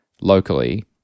locally